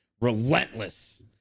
relentless